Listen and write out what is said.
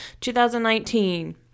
2019